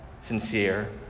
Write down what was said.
sincere